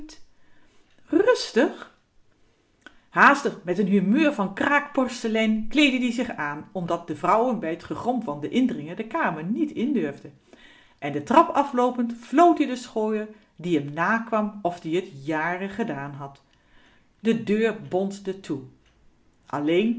haastig met n humeur van kraakporselein kleedde ie zich aan omdat de vrouwen bij t gegrom van den indringer de kamer niet in durfden en de trap afloopend floot ie den schooier die m nakwam of-ie t jaren gedaan had de deur bonsde toe